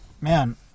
man